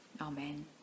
Amen